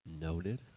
noted